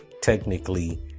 technically